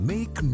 Make